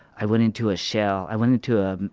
i went into a shell. i went into a,